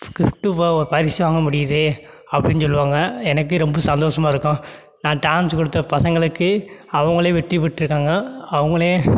gift ப ஒரு பரிசு வாங்க முடியுது அப்படின்னு சொல்லுவாங்க எனக்கே ரொம்ப சந்தோஷமா இருக்கும் நான் டான்ஸு கொடுத்த பசங்களுக்கு அவங்களே வெற்றிப் பெற்றிருக்காங்க அவங்களே